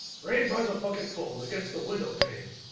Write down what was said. rain by the bucketfuls against the window-panes.